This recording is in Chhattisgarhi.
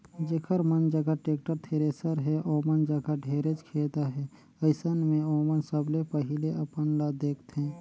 जेखर मन जघा टेक्टर, थेरेसर हे ओमन जघा ढेरेच खेत अहे, अइसन मे ओमन सबले पहिले अपन ल देखथें